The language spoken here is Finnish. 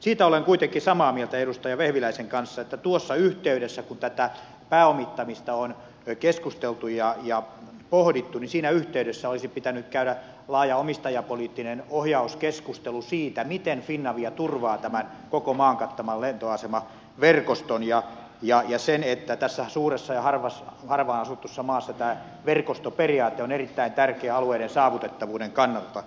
siitä olen kuitenkin samaa mieltä edustaja vehviläisen kanssa että siinä yhteydessä kun tästä pääomittamisesta on keskusteltu ja sitä pohdittu olisi pitänyt käydä laaja omistajapoliittinen ohjauskeskustelu siitä miten finavia turvaa tämän koko maan kattavan lentoasemaverkoston ja sen että tässä suuressa ja harvaan asutussa maassa tämä verkostoperiaate on erittäin tärkeä alueiden saavutettavuuden kannalta